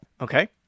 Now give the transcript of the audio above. Okay